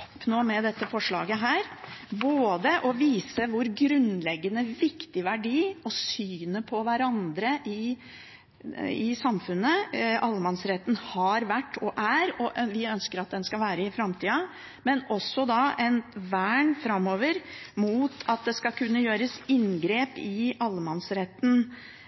oppnå med dette forslaget: både å vise hvilken grunnleggende viktig verdi, også for synet på hverandre i samfunnet, allemannsretten har vært, er og vi ønsker at den skal være i framtida, og å ha et vern mot at det skal kunne gjøres inngrep i allemannsretten